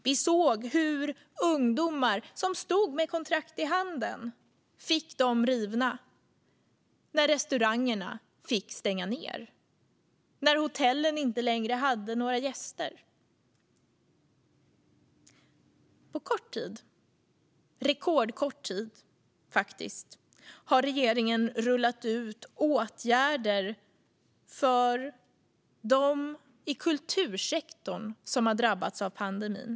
Vi såg hur ungdomar som stod med kontrakt i handen fick dem rivna när restaurangerna fick stänga ned och hotellen inte längre hade några gäster. På kort tid, rekordkort tid faktiskt, har regeringen rullat ut åtgärder för dem i kultursektorn som har drabbats av pandemin.